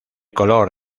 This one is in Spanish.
color